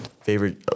Favorite